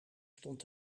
stond